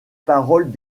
paroles